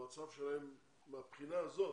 המצב שלהם מהבחינה הזאת